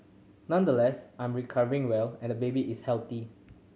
nonetheless I'm recovering well and baby is healthy